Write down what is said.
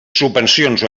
subvencions